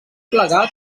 plegat